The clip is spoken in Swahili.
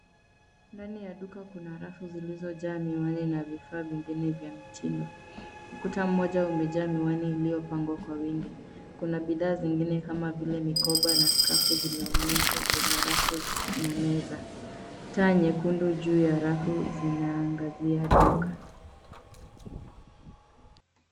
Ndani ya duka kuna rafu zilizojaa miwani na vifaa vyengine vya mitindo. Ukuta mmoja umejaa miwani iliyopangwa kwa wingi. Kuna bidhaa zengine kama vile mikoba na skafu zimeonyeshwa kwenye rafu na meza. Taa nyekundu juu ya rafu zinaangazia duka.